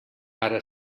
ara